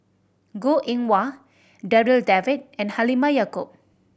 Goh Eng Wah Darryl David and Halimah Yacob